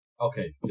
Okay